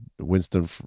Winston